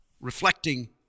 reflecting